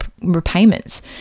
repayments